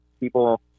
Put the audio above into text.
people